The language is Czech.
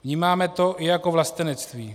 Vnímáme to i jako vlastenectví.